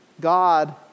God